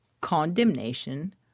condemnation